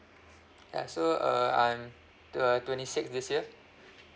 ya so uh I'm uh twenty six this year